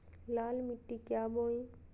लाल मिट्टी क्या बोए?